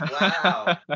Wow